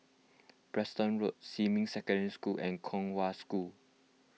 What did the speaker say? Preston Road Xinmin Secondary School and Kong Hwa School